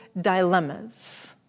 dilemmas